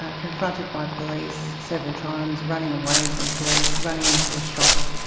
ah confronted by police several times, running away from police, running into a shop,